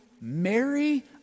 Mary